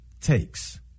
takes